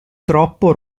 troppo